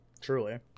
truly